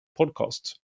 podcast